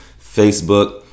Facebook